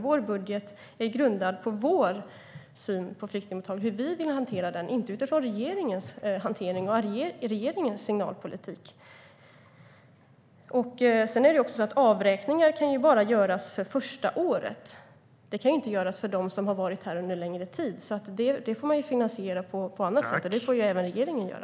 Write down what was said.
Vår budget är grundad på vår syn på flyktingmottagandet och hur vi vill hantera det. Den är inte skriven utifrån regeringens hantering och regeringens signalpolitik. Avräkningar kan bara göras för första året. De kan inte göras för dem som har varit här under längre tid. Det får man finansiera på annat sätt, och det får även regeringen göra.